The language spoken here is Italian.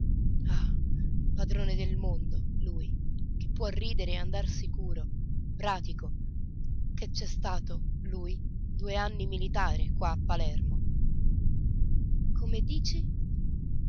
padrone del mondo lui che può ridere e andar sicuro pratico ché c'è stato lui due anni militare qua a palermo come dici